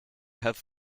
have